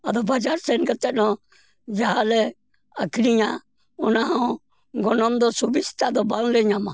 ᱟᱫᱚ ᱵᱟᱡᱟᱨ ᱥᱮᱱ ᱠᱟᱛᱮ ᱦᱚᱸ ᱡᱟᱦᱟᱞᱮ ᱟᱹᱠᱷᱨᱤᱧᱟ ᱚᱱᱟ ᱦᱚᱸ ᱜᱚᱱᱚᱝ ᱫᱚ ᱥᱩᱵᱤᱛᱟ ᱫᱚ ᱵᱟᱝᱞᱮ ᱧᱟᱢᱟ